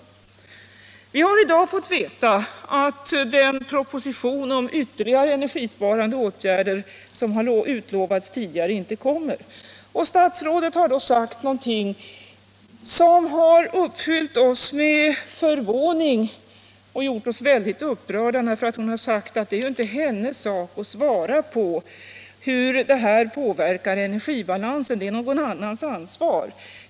I dag har vi fått veta att den proposition om ytterligare energisparande åtgärder som tidigare utlovats inte kommer att läggas fram. Och statsrådet har i det sammanhanget sagt något som har uppfyllt oss med förvåning och gjort oss mycket upprörda, nämligen att det är inte hennes sak att svara på hur detta påverkar energibalansen. Det är någon annans ansvar.